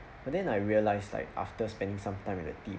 but then I realised like after spending some time at the team